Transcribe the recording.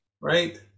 Right